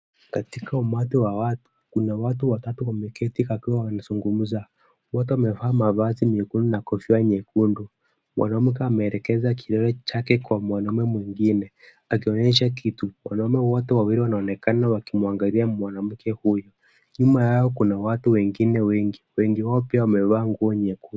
Katika umati wa watu, kuna watu watatu wameketi wakiwa wanazungumza. Wote wamevaa mavazi nyekundu na kofia nyekundu. Mwanamke ameelekeza kidole chake kwa mwanaume mwingine, akionyesha kitu. Wanaume wote wawili wanaonekana wakimuangalia mwanamke huyu. Nyuma yao kuna watu wengine wengi. Wengi wao pia wamevaa nguo nyekundu.